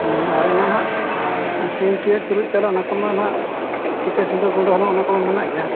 ᱟᱨ ᱚᱱᱟ ᱦᱟᱸᱜ ᱥᱤᱢ ᱥᱮ ᱪᱩᱨᱩᱡ ᱪᱟᱣᱞᱮ ᱚᱱᱟ ᱠᱚᱢᱟ ᱦᱟᱸᱜ ᱴᱤᱠᱟᱹ ᱥᱤᱸᱫᱩᱨ ᱵᱚᱱ ᱫᱚᱦᱚᱭᱟ ᱚᱱᱟ ᱠᱚ ᱢᱟ ᱢᱮᱱᱟᱜ ᱜᱮᱭᱟ